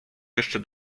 jeszcze